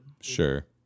Sure